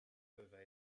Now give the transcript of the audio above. peuvent